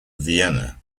vienna